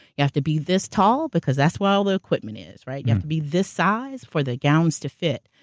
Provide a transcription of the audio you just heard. you have to be this tall, because that's what all the equipment is, right? you have to be this size for the gowns to fit.